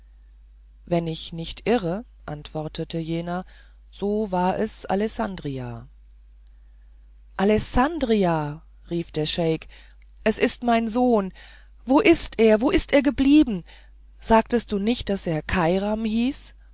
wenn ich nicht irre antwortete jener so war es alessandria alessandria rief der scheik es ist mein sohn wo ist er wo ist er geblieben sagtest du nicht daß er kairam hieß